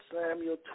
Samuel